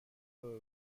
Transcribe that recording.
رابه